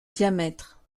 diamètre